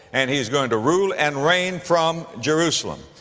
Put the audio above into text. and he's going to rule and reign from jerusalem.